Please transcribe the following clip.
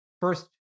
first